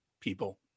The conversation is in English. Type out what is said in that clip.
people